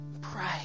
Pray